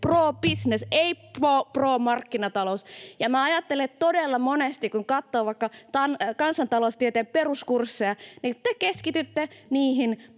pro business, ei pro markkinatalous. Ja minä ajattelen, että todella monesti, kun katsoo vaikka kansantaloustieteen peruskursseja, te keskitytte niihin